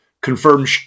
confirmed